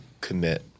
commit